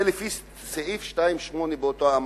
זה לפי סעיף 8(2) באותה אמנה.